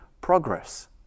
progress